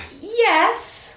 yes